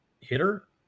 hitter